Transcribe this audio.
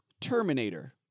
Terminator